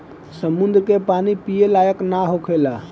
समुंद्र के पानी पिए लायक ना होखेला